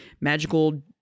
magical